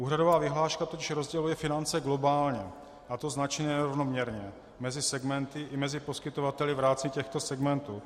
Úhradová vyhláška totiž rozděluje finance globálně, a to značně nerovnoměrně, mezi segmenty i mezi poskytovateli v rámci těchto segmentů.